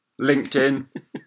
LinkedIn